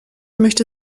möchte